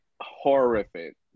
horrific